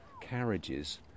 carriages